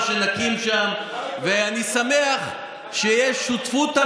אני רוצה לקרוא לכם מתוך פסק דין שלא